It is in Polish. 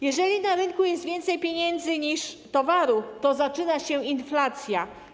Jeżeli na rynku jest więcej pieniędzy niż towarów, to zaczyna się inflacja.